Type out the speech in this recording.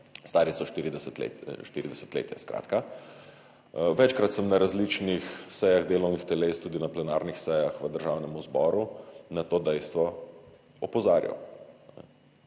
štiri desetletja, skratka. Večkrat sem na različnih sejah delovnih teles, tudi na plenarnih sejah v Državnem zboru na to dejstvo opozarjal.